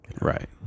right